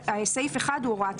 סעיף 1 הוא הוראת